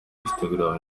instagram